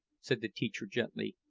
said the teacher gently,